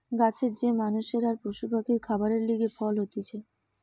গাছের যে মানষের আর পশু পাখির খাবারের লিগে ফল হতিছে